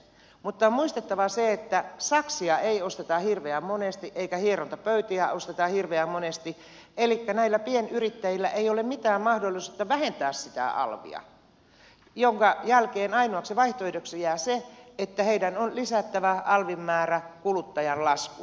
mutta on muistettava se että ei saksia eikä hierontapöytiä osteta hirveän monesti elikkä näillä pienyrittäjillä ei ole mitään mahdollisuutta vähentää sitä alvia minkä jälkeen ainoaksi vaihtoehdoksi jää se että heidän on lisättävä alvin määrä kuluttajan laskuun